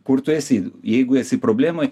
kur tu esi jeigu esi problemoj